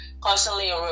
constantly